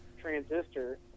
transistor